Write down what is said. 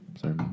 sorry